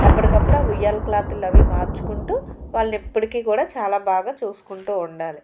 ఎప్పటికప్పుడు ఉయ్యాల క్లాతులు అవి మార్చుకుంటూ వాళ్ళు ఎప్పటికీ కూడా చాలా బాగా చూసుకుంటూ ఉండాలి